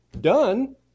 done